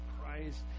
Christ